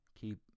keep